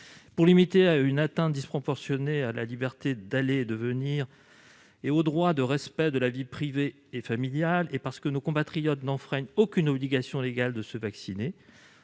Pour limiter cette atteinte disproportionnée à la liberté d'aller et venir et au droit au respect de la vie privée et familiale, et parce que nos compatriotes n'enfreignent aucune obligation légale de se vacciner,